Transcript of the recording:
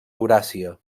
euràsia